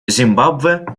зимбабве